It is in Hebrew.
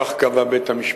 כך קבע בית-המשפט.